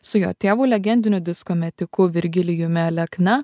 su jo tėvu legendiniu disko metiku virgilijumi alekna